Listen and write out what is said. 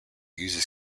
uses